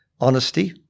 Honesty